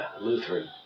Lutheran